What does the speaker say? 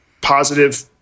positive